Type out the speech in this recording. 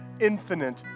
infinite